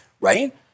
right